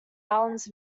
balanced